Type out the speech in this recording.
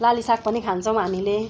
लाली साग पनि खान्छौँ हामीले